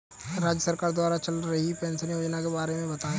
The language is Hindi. राज्य सरकार द्वारा चल रही पेंशन योजना के बारे में बताएँ?